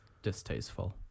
distasteful